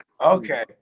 Okay